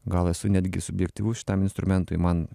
gal esu netgi subjektyvus šitam instrumentui man